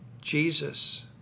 Jesus